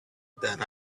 that